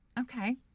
Okay